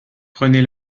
prenez